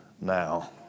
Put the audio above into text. now